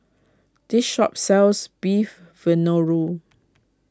this shop sells Beef Vindaloo